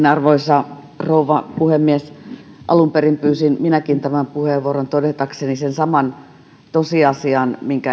arvoisa rouva puhemies alun perin pyysin minäkin tämän puheenvuoron todetakseni sen saman tosiasian minkä